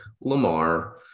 Lamar